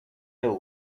ill